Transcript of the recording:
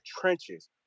trenches